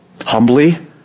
Humbly